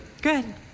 Good